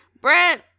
Brent